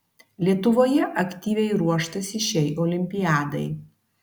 lietuvoje aktyviai ruoštasi šiai olimpiadai